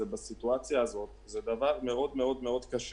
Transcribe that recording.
בסיטואציה הזאת זה דבר מאוד מאוד מאוד קשה.